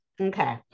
Okay